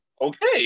okay